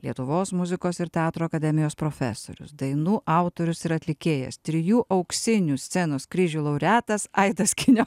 lietuvos muzikos ir teatro akademijos profesorius dainų autorius ir atlikėjas trijų auksinių scenos kryžių laureatas aidas giniotis